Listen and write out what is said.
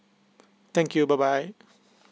thank you bye bye